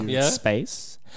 Space